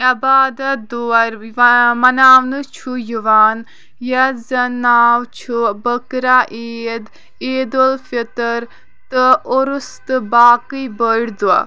عبادَت دور مَناونہٕ چُھ یِوان یَس زَن ناو چُھ بٔکرا عیٖد عیٖدالفطر تہٕ عُرُس تہٕ باقٕے بٔڑۍ دۄہ